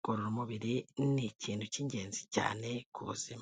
kugorora umubiri ni ikintu cy'ingenzi cyane ku buzima.